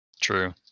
True